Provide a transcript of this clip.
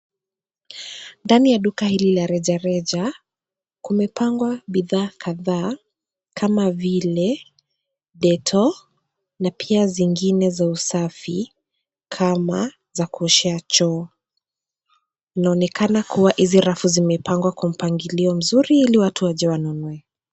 Ndani ya duka hili la rejareja kumepangwa bidhaa kadhaa kama vile dettol na pia zingine za usafi kama za kuoshea choo. Vinaonekana kuwa hizi rafu zimepangwa kwa mpangilio mzuri ili watu waje wazinunue.